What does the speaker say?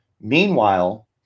Meanwhile